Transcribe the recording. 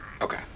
Okay